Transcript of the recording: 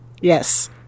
Yes